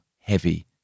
heavy